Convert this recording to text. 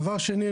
דבר שני,